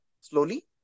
slowly